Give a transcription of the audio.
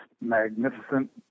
magnificent